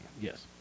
Yes